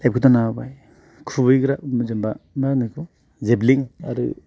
लाइफखौ दानो हाबाय खुबैग्रा जेनेबा मा होनो बेखौ जेब्लिन आरो